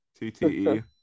TTE